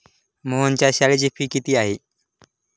मोहनच्या शाळेची फी किती आहे?